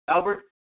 Albert